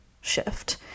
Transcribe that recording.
shift